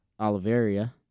Oliveria